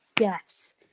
Yes